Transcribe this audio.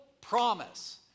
promise